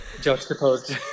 juxtaposed